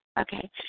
Okay